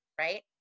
right